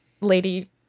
lady